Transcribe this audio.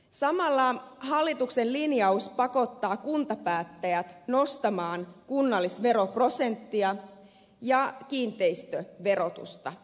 samalla hallituksen linjaus pakottaa kuntapäättäjät nostamaan kunnallisveroprosenttia ja kiinteistöverotusta